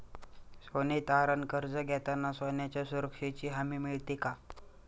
सोने तारण कर्ज घेताना सोन्याच्या सुरक्षेची हमी मिळते का?